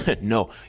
No